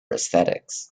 aesthetics